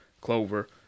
clover